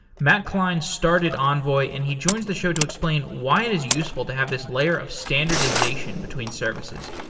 matt klein started envoy and he joins the show to explain why it is useful to have this layer of standardization between services.